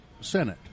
Senate